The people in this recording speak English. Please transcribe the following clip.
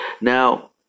Now